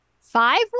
five